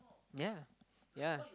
ya ya